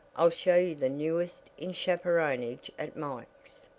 i'll show you the newest in chaperonage at mike's!